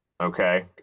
Okay